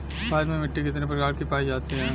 भारत में मिट्टी कितने प्रकार की पाई जाती हैं?